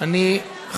הראשון שביקש.